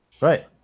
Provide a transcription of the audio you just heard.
Right